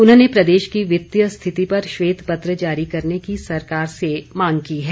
उन्होंने प्रदेश की वित्तिय स्थिति पर श्वेत पत्र जारी करने की सरकार से मांग की है